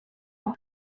law